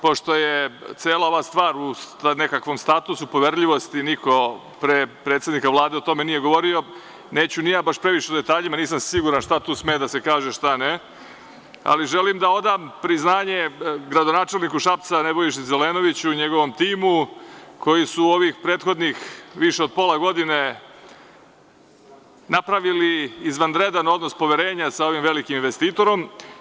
Pošto je cela ova stvar u nekakvom statusu poverljivosti, niko pre predsednika Vlade o tome nije govorio, neću ni ja baš previše o detaljima, nisam siguran šta tu sme da se kaže, a šta ne, ali želim da odam priznanje gradonačelniku Šapca, Nebojši Zelenoviću i njegovom timu, koji su u ovih prethodnih više od pola godine napravili izvanredan odnos poverenja sa ovim velikim investitorom.